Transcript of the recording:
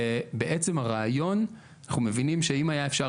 בעצם הרעיון הוא שאנחנו מבינים שאם היה אפשר